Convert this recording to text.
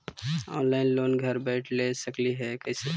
Online loan घर बैठे ले सकली हे, कैसे?